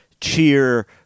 cheer